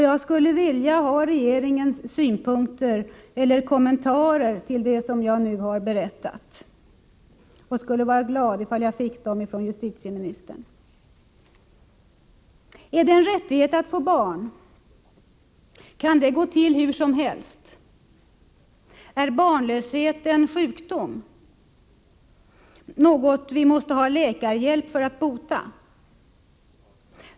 Jag skulle vilja höra regeringens synpunkter på eller kommentarer till det jag nu har berättat, och jag vore glad om jag fick dem från justitieministern. Är det en rättighet att få barn? Kan det gå till hur som helst? Är barnlöshet en sjukdom? Är det något vi måste ha läkarhjälp för att bota?